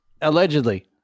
Allegedly